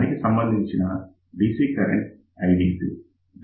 దానికి సంబంధించిన DC current IDC